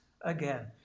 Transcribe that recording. again